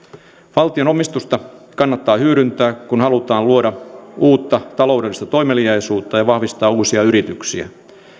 valtion omistusta kannattaa hyödyntää kun halutaan luoda uutta taloudellista toimeliaisuutta ja vahvistaa uusia yrityksiä